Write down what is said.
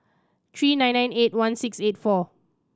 three nine nine eight one six eight four